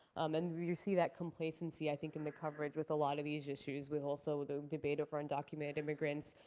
um and you see that complacency, i think, in the coverage with a lot of these issues with also the debate over undocumented immigrants.